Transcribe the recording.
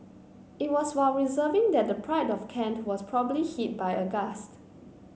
it was while reversing that the Pride of Kent was probably hit by a gust